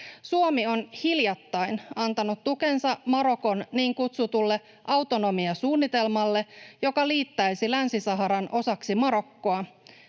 Suomi on hiljattain antanut tukensa Marokon niin kutsutulle autonomiasuunnitelmalle, joka liittäisi Länsi-Saharan osaksi Marokkoa